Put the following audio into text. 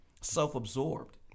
self-absorbed